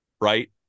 right